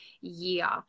year